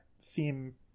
seem